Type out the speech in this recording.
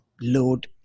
load